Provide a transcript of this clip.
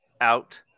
out